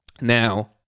Now